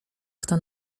kto